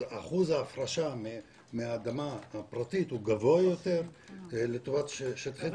אז אחוז ההפרשה מהאדמה הפרטית הוא גבוה יותר לטובת שטחי ציבור.